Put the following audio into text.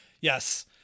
yes